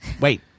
Wait